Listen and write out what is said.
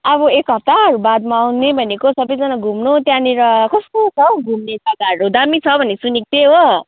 अब एक हफ्ताहरू बादमा आउने भनेको सबैजना घुम्नु त्यहाँनिर कस्तो छ हौ घुम्ने जग्गाहरू दामी छ भनेको सुनेको थिएँ हो